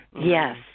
Yes